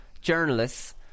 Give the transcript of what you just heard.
journalists